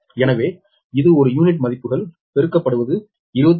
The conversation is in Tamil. எனவே இது ஒரு யூனிட் மதிப்புகள் பெருக்கப்படுவது 25